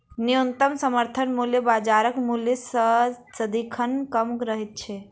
न्यूनतम समर्थन मूल्य बाजारक मूल्य सॅ सदिखन कम रहैत छै